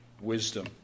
wisdom